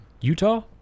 Utah